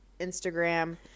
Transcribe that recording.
Instagram